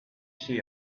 see